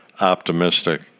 optimistic